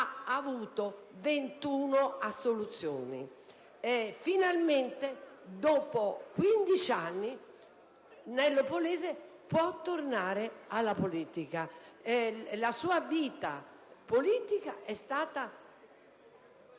ha avuto 21 assoluzioni. Finalmente, dopo 15 anni, Nello Polese può tornare alla politica. La sua vita politica è stata